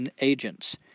agents